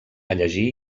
llegir